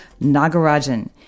Nagarajan